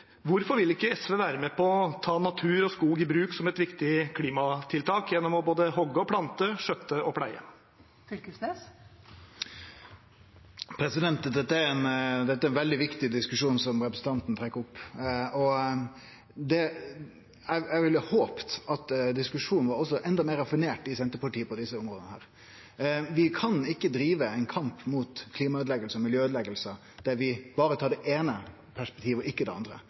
vil ikke SV være med på å ta natur og skog i bruk som et viktig klimatiltak, gjennom både å hogge og plante og skjøtte og pleie? Det er ein veldig viktig diskusjon som representanten trekkjer opp. Eg hadde håpt at diskusjonen var enda meir raffinert i Senterpartiet på desse områda. Vi kan ikkje drive ein kamp mot klimaøydeleggingar og miljøøydeleggingar der vi berre tar det eine perspektivet og ikkje det andre.